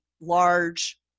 large